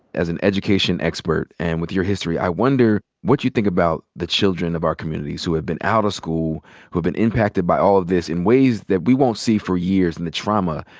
as an education expert and with your history, i wonder what you think about the children of our communities who have been out of school, who have been impacted by all of this in ways that we won't see for years and the trauma?